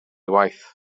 waith